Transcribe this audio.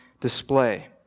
display